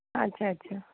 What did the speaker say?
अच्छा अच्छा